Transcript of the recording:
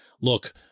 look